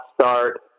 start